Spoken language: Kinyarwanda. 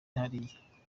hariya